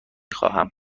خواهم